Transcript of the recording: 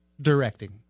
directing